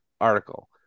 article